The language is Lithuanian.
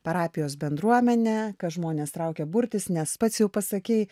parapijos bendruomenę kad žmonės traukia burtis nes pats jau pasakei